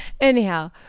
Anyhow